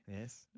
Yes